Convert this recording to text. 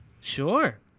Sure